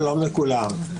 שלום לכולם.